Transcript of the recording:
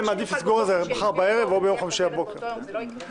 לא שבבוקר יצביעו פה ובבוקר תהיה חוברת.